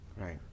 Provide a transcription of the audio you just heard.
right